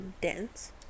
dense